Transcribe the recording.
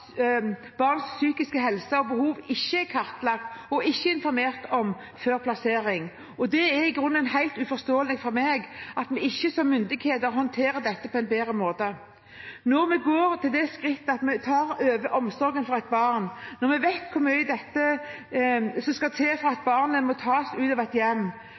barns psykiske helse og behov ikke er kartlagt og informert om før plassering. Det er i grunnen helt uforståelig for meg at vi som myndighet ikke håndterer dette på en bedre måte. Når vi går til det skrittet at vi tar over omsorgen for et barn, når vi vet hvor mye som skal til for at et barn skal tas ut av et hjem,